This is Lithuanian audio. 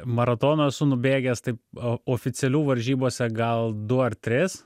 maratonų esu nubėgęs taip o oficialių varžybose gal du ar tris